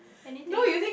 anything